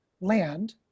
land